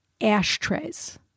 ashtrays